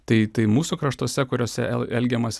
tai tai mūsų kraštuose kuriuose el elgiamasi